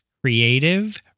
creative